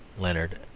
leonard.